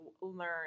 learn